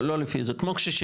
לא לפי אזור, כמו קשישים.